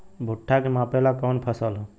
भूट्टा के मापे ला कवन फसल ह?